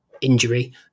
injury